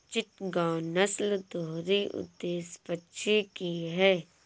चिटगांव नस्ल दोहरी उद्देश्य पक्षी की है